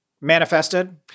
Manifested